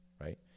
Right